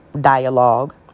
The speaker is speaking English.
dialogue